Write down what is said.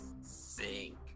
Sink